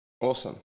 Awesome